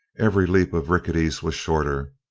every leap of rickety's was shorter.